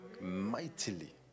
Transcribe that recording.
mightily